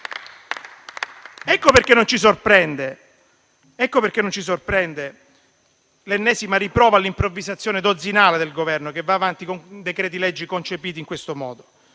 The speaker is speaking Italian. Ecco perché non ci sorprende l'ennesima riprova dell'improvvisazione dozzinale del Governo, che va avanti con decreti-legge concepiti in questo modo,